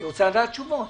אני רוצה לדעת תשובות.